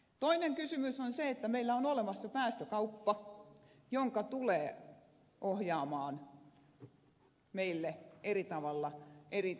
toinen kysymys on se että meillä on olemassa päästökauppa joka tulee ohjaamaan meillä eri tavalla eri energiamuotojen käyttöä